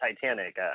Titanic